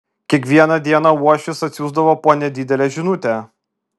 kiekvieną dieną uošvis atsiųsdavo po nedidelę žinutę